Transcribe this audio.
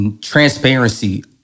transparency